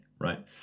Right